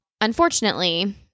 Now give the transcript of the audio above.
Unfortunately